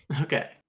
Okay